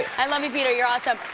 i love you, peter. you're awesome.